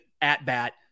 at-bat